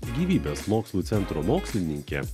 gyvybės mokslų centro mokslininke